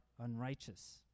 unrighteous